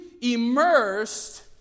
immersed